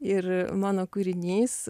ir mano kūrinys